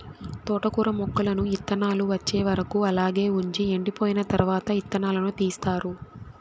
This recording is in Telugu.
తోటకూర మొక్కలను ఇత్తానాలు వచ్చే వరకు అలాగే వుంచి ఎండిపోయిన తరవాత ఇత్తనాలను తీస్తారు